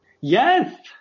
Yes